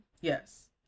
Yes